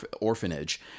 orphanage